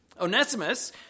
Onesimus